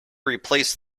replace